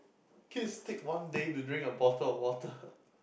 kids take one day to drink a bottle of water